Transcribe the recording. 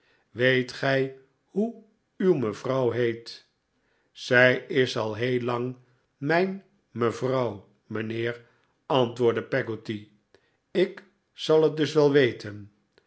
weet gij hoe uw mevrouw heet zij is al heel lang mijn mevrouw mijnheer antwoordde peggotty ik zal het fdus wel weten